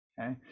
okay